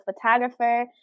photographer